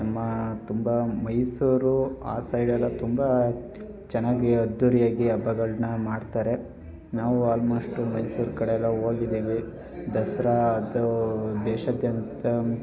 ನಮ್ಮ ತುಂಬ ಮೈಸೂರು ಆ ಸೈಡೆಲ್ಲ ತುಂಬ ಚೆನ್ನಾಗಿ ಅದ್ದೂರಿಯಾಗಿ ಹಬ್ಬಗಳನ್ನ ಮಾಡ್ತಾರೆ ನಾವು ಆಲ್ಮೊಸ್ಟು ಮೈಸೂರು ಕಡೆ ಎಲ್ಲ ಹೋಗಿದ್ದೀವಿ ದಸರಾ ಅದೂ ದೇಶಾದ್ಯಂತ